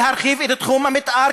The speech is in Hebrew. להרחיב את תחום המתאר,